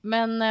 Men